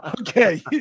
Okay